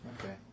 Okay